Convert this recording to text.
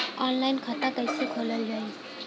Online खाता कईसे खोलल जाई?